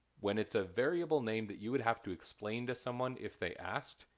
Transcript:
when it's a variable name that you would have to explain to someone if they asked,